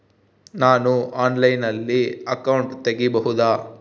ನಾನು ಆನ್ಲೈನಲ್ಲಿ ಅಕೌಂಟ್ ತೆಗಿಬಹುದಾ?